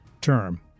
term